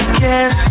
guess